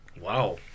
Wow